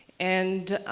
and